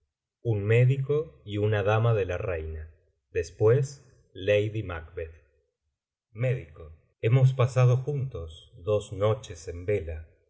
un medico y una dama de la reina después lady macbeth méd hemos pasado juntos dos noches en vela